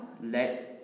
let